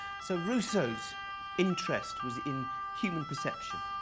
so, rousseau's interest was in human perception.